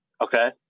Okay